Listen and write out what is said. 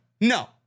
No